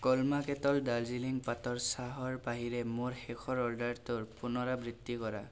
কৰ্মা Kettle Darjeeling পাতৰ চাহৰ বাহিৰে মোৰ শেষৰ অৰ্ডাৰটোৰ পুনৰাবৃত্তি কৰা